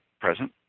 present